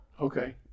Okay